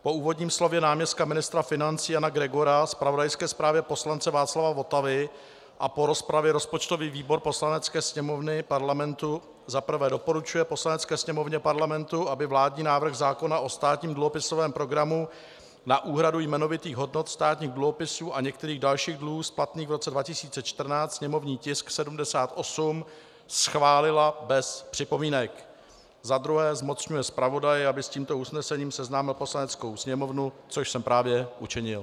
Po úvodním slově náměstka ministra financí Jana Gregora, zpravodajské zprávě poslance Václava Votavy a po rozpravě rozpočtový výbor Poslanecké sněmovny Parlamentu za prvé doporučuje Poslanecké sněmovně Parlamentu, aby vládní návrh zákona o státním dluhopisovém programu na úhradu jmenovitých hodnot státních dluhopisů a některých dalších dluhů splatných v roce 2014, sněmovní tisk 78, schválila bez připomínek, a za druhé zmocňuje zpravodaje, aby s tímto usnesením seznámil Poslaneckou sněmovnu, což jsem právě učinil.